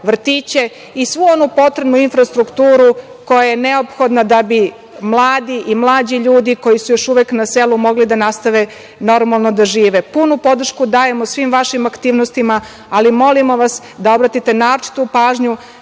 vrtiće i svu onu potrebnu infrastrukturu koja je neophodna da bi mladi i mlađi ljudi koji su još uvek na selu još uvek mogli da nastave normalno da žive. Punu podršku dajemo svim vašim aktivnostima, ali molim vas da obratite naročitu pažnju